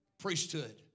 Priesthood